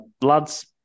Lads